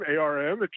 ARM